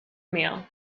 meal